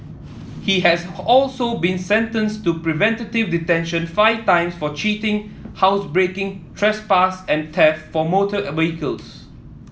he has also been sentenced to preventive detention five times for cheating housebreaking trespass and theft for motor vehicles